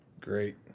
Great